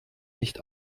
nicht